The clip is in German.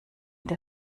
der